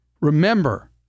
Remember